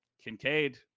Kincaid